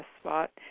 spot